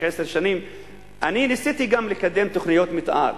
עשר שנים אני ניסיתי לקדם תוכניות מיתאר.